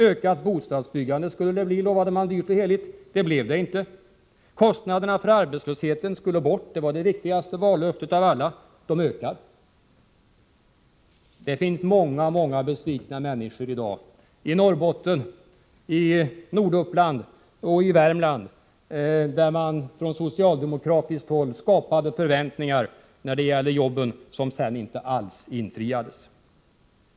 Ökat bostadsbyggande skulle det bli, lovade socialdemokraterna dyrt och heligt. Det blev det inte heller. Kostnaderna för arbetslösheten skulle bort. Det var det viktigaste vallöftet av alla. De kostnaderna ökar. Det finns i dag många, många besvikna människor i Norrbotten, Norduppland och Värmland, där man från socialdemokratiskt håll skapade förväntningar när det gällde jobben som sedan inte alls infriades.